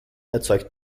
erzeugt